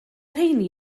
rheiny